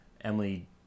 Emily